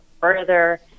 further